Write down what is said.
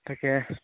তাকে